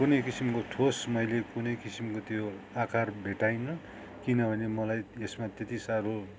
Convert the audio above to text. कुनै किसिमको ठोस मैले कुनै किसिमको मैले आकार भेटाइन किनभने मलाई यसमा त्यति साह्रो